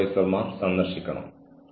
എന്താണ് സംഭവിക്കുന്നതെന്ന് കണ്ടെത്തുക